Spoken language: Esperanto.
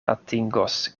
atingos